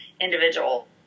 individual